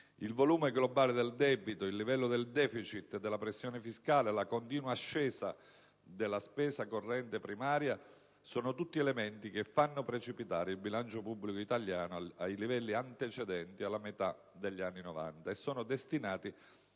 Il volume globale del debito, il livello del *deficit* e della pressione fiscale, la continua ascesa della spesa corrente primaria sono tutti elementi che fanno precipitare il bilancio pubblico italiano ai livelli antecedenti alla metà degli anni '90 e sono destinati